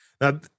Now